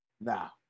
Now